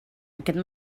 aquest